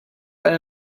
eine